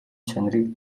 чанарыг